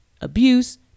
abuse